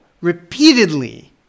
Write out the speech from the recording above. repeatedly